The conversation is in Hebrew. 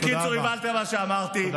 בקיצור, הבנתם מה שאמרתי.